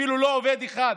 אפילו לא עובד אחד.